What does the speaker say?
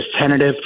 tentative